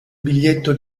biglietto